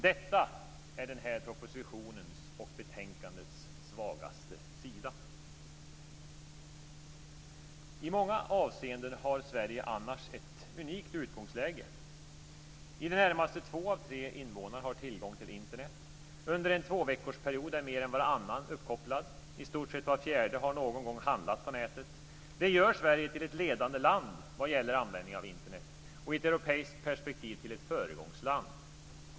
Detta är propositionens och betänkandets svagaste sida. I många avseenden har Sverige annars ett unikt utgångsläge. I det närmaste två av tre invånare har tillgång till Internet. Under en tvåveckorsperiod är mer än varannan uppkopplad. I stort sett var fjärde har någon gång handlat på nätet. Det gör Sverige till ett ledande land vad gäller användning av Internet och i ett europeiskt perspektiv till ett föregångsland.